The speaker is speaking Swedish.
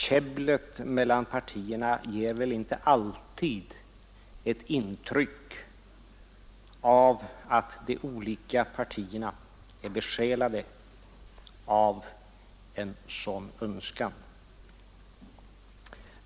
Käbblet mellan de olika partierna ger väl inte alltid ett intryck av att dessa är besjälade av en sådan önskan.